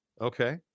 Okay